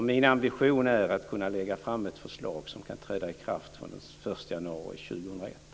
Min ambition är att kunna lägga fram ett förslag som kan träda i kraft från den